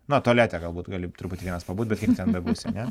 na tualete galbūt gali truputį vienas pabūt bet kiek ten bebūsi ane